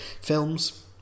films